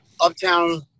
Uptown